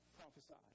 prophesied